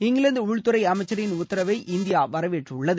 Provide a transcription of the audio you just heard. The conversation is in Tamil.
இங்கிலாந்து உள்துறை அமைச்சரின் உத்தரவை இந்தியா வரவேற்றுள்ளது